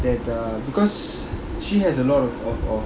that err because she has a lot of of of